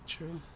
true